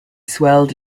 swelled